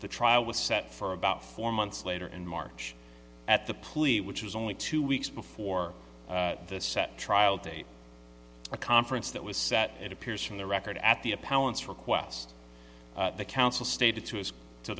the trial was set for about four months later in march at the plea which was only two weeks before the set trial date a conference that was set it appears from the record at the a palace request the counsel stated to us to